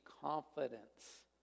confidence